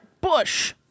bush